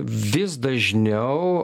vis dažniau